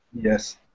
Yes